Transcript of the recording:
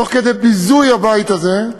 תוך כדי ביזוי הבית הזה,